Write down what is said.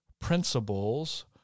principles